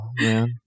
man